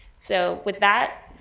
so with that,